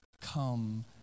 come